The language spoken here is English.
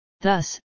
Thus